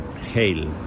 Hail